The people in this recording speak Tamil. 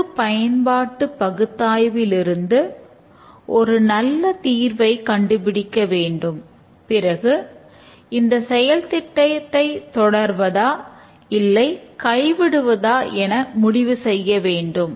செலவுப்பயன்பாட்டுப் பகுத்தாய்விலிருந்து ஒரு நல்ல தீர்வை கண்டுபிடிக்க வேண்டும் பிறகு இந்த செயல்திட்டத்தை தொடர்வதா இல்லை கைவிடுவதா என முடிவு செய்ய வேண்டும்